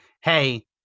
hey